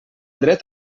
dret